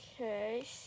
Okay